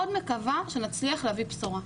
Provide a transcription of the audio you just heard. מאוד מקווה שנצליח להביא בשורות טובות.